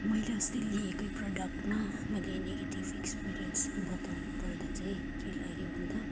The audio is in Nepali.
मैले अस्ति लिएकै प्रोडक्टमा मैले नेगेटिभ एक्सपिरियन्स बताउनु पर्दा चाहिँ के लाग्यो भन्दा